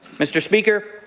mr. speaker,